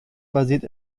basiert